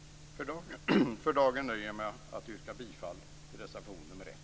För dagen nöjer jag mig med att yrka bifall till reservation 1.